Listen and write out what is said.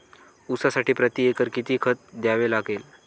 ऊसासाठी प्रतिएकर किती खत द्यावे लागेल?